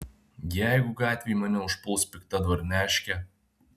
jeigu gatvėj mane užpuls pikta dvarneškė